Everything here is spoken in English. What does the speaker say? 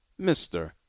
Mr